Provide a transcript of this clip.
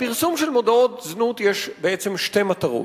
לפרסום של מודעות זנות יש בעצם שתי מטרות.